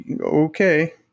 Okay